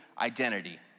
identity